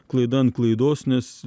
klaida ant klaidos nes